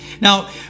Now